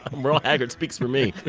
merle haggard speaks for me.